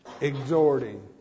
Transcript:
exhorting